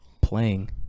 playing